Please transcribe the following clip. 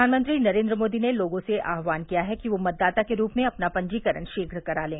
प्रधानमंत्री नरेन्द्र मोदी ने लोगों से आह्वान किया है कि वे मतदाता के रूप में अपना पंजीकरण शीघ्र करा लें